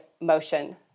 motion